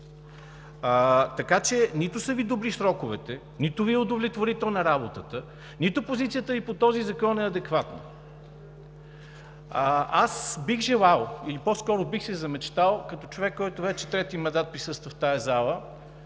Така че нито са Ви добри сроковете, нито Ви е удовлетворителна работата, нито позицията Ви по този закон е адекватна! Бих желал или по-скоро бих се замечтал като човек, който вече трети мандат присъства в тази зала,